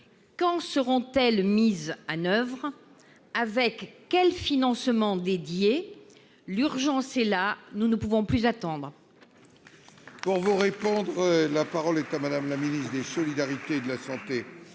Quand seront-elles mises en oeuvre ? Quels seront les financements dédiés ? L'urgence est là, nous ne pouvons plus attendre